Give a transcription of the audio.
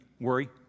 worry